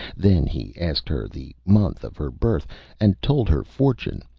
then he asked her the month of her birth and told her fortune,